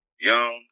Young